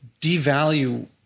devalue